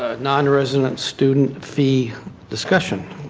ah nonresident student fee discussion.